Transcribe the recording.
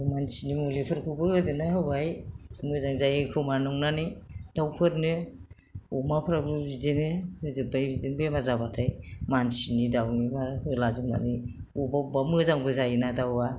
मानसिनि मुलिफोरखौबो होदेरना होबाय मोजां जायोखोमा नंनानै दाउफोरनो अमाफोराबो बिदिनो होजोबबाय बिदिनो बेमार जाबाथाय मानसिनि दाउनिबो होलाजोबनानै बबेबा बबेबा मोजांबो जायोना दाउआ